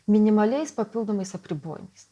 minimaliais papildomais apribojimais